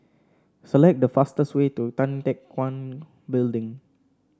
select the fastest way to Tan Teck Guan Building